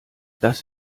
das